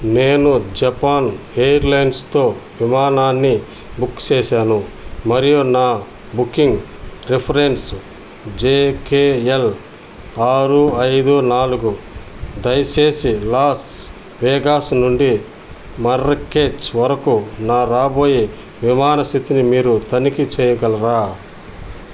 నేను జపాన్ ఎయిర్లైన్స్తో విమానాన్ని బుక్ చేశాను మరియు నా బుకింగ్ రిఫరెన్స్ జెకెఎల్ ఆరు ఐదు నాలుగు దయచేసి లాస్ వెగాస్ నుండి మర్రకేష్ వరకు నా రాబోయే విమాన స్థితిని మీరు తనిఖీ చెయ్యగలరా